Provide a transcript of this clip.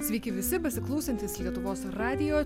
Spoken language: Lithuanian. sveiki visi besiklausantys lietuvos radijo